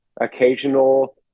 occasional